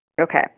Okay